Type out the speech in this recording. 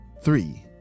Three